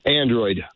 Android